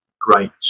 great